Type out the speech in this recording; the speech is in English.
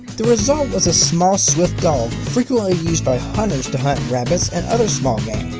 the result was a small, swift dog frequently used by hunters to hunt and rabbits and other small game.